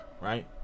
right